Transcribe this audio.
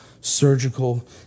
surgical